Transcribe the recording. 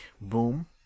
boom